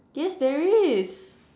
yes there is